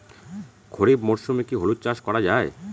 খরিফ মরশুমে কি হলুদ চাস করা য়ায়?